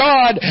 God